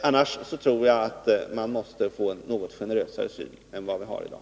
Annars tror jag att man måste få en något generösare syn på reglerna än vad vi har i dag.